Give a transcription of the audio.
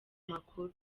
makuru